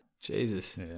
Jesus